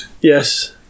Yes